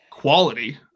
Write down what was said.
quality